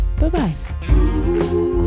bye-bye